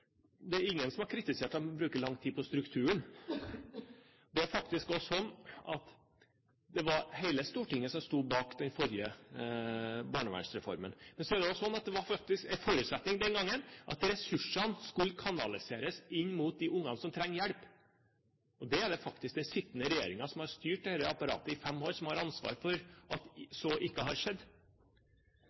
det er ingen som har kritisert at man bruker lang tid på strukturen. Det er også sånn at det var hele Stortinget som sto bak den forrige barnevernsreformen. Men det var en forutsetning den gangen at ressursene skulle kanaliseres inn mot de ungene som trengte hjelp. Det er den sittende regjeringen, som har styrt dette apparatet i fem år, som har ansvaret for at så ikke har skjedd.